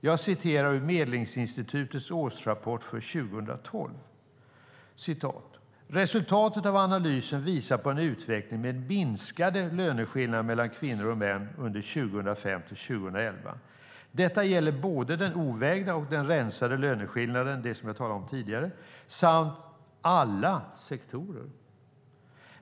Jag citerar ur Medlingsinstitutets årsrapport 2012: "Resultaten visar på en utveckling med minskade löneskillnader mellan kvinnor och män under 2005-2011. Detta gäller både den ovägda och den standardvägda löneskillnaden, samt för alla sektorer."